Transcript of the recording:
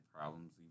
problems